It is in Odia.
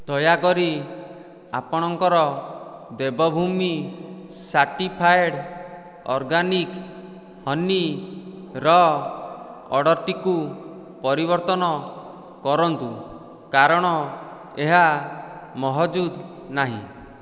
ଦୟାକରି ଆପଣଙ୍କର Dev Bhoomi certified organic honey ର ଅର୍ଡ଼ର୍ଟିକୁ ପରିବର୍ତ୍ତନ କରନ୍ତୁ କାରଣ ଏହା ମହଜୁଦ ନାହିଁ